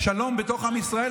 שלום בתוך עם ישראל,